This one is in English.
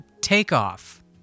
Takeoff